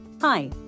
Hi